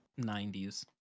90s